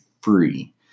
free